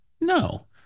No